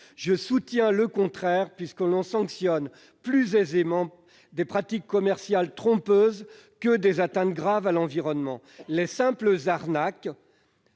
Je soutiens le contraire, puisqu'on sanctionne plus aisément des pratiques commerciales trompeuses que des atteintes graves à l'environnement. Les simples arnaques,